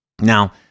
Now